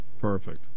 perfect